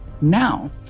now